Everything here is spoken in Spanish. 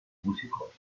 músicos